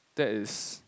that is